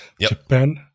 Japan